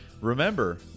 remember